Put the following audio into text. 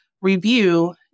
review